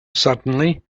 suddenly